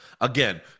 Again